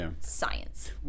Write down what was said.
science